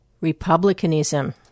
republicanism